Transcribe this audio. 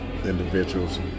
individuals